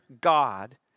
God